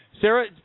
Sarah